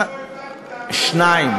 אתה לא הבנת מה שאמרת 2,